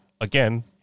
again